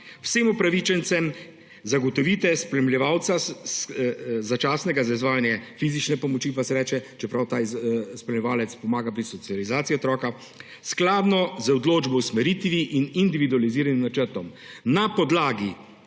vsem upravičencev zagotovite spremljevalca, začasnega, za izvajanje fizične pomoči ali kako se reče, čeprav ta spremljevalec pomaga pri socializaciji otroka, skladno z odločbo o usmeritvi in individualiziranim načrtom, na podlagi